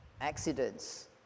accidents